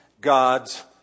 God's